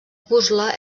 puzle